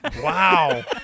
Wow